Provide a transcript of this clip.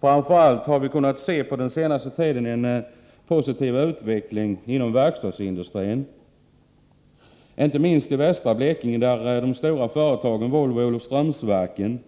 Framför allt har vi under den senaste tiden kunnat se en positiv utveckling inom verkstadsindustrin, inte minst i västra Blekinge där de stora företagen Volvo Olofströmsverken